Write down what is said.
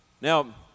Now